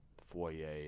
foyer